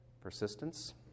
persistence